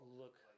look